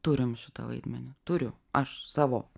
turim šitą vaidmenį turiu aš savo